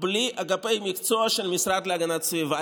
בלי אגפי המקצוע של המשרד להגנת הסביבה.